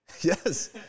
Yes